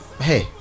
hey